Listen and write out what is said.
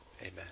amen